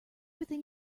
within